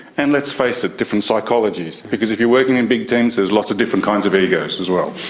and, let's face it, different psychologies because if you are working in big teams there's lots of different kinds of egos as well.